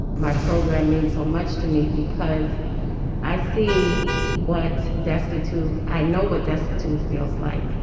my program means so much to me because i see what destitute, i know what destitute feels like,